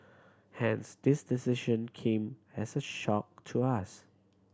hence this decision came as a shock to us